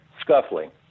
scuffling